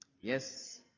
Yes